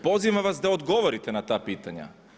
Pozivam vas da odgovorite na ta pitanja.